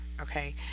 okay